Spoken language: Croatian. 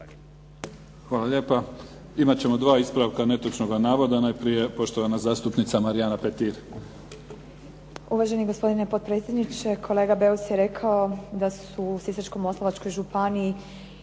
Hvala lijepa. Imat ćemo dva ispravka netočnoga navoda. Najprije poštovana zastupnica Marijana Petir. **Petir, Marijana (HSS)** Uvaženi gospodine potpredsjedniče. Kolega Beus je rekao da su u Sisačko-moslavačkoj županiji